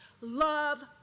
Love